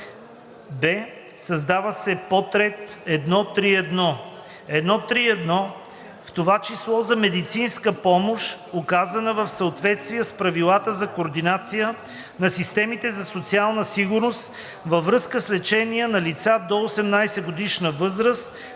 б) създава се подред 1.3.1: „1.3.1. в това число за медицинска помощ, оказана в съответствие с правилата за координация на системите за социална сигурност, във връзка с лечение на лица до 18-годишна възраст